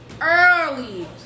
early